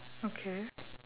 okay